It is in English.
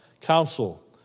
council